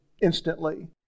instantly